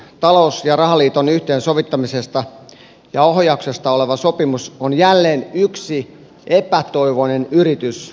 talous ja rahaliiton yhteensovittamisesta ja ohjauksesta oleva sopimus on jälleen yksi epätoivoinen yritys pelastaa euro